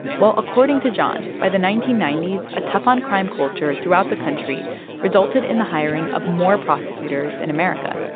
well, according to john, by the nineteen ninety s, a tough-on-crime culture throughout the country resulted in the hiring of more prosecutors in america,